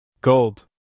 Gold